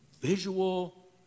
visual